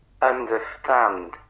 understand